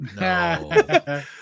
No